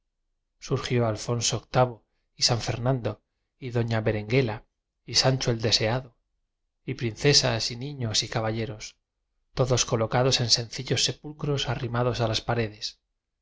surgió alfonso viii y san fernando y doña berenguela y sancho el deseado y princesas y niños y caballeros todos co locados en sencillos sepulcros arrimados a las paredes